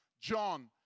John